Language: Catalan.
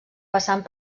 passant